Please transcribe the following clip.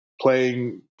playing